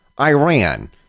iran